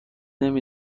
نمی